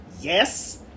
yes